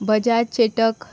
Bajaj Chetak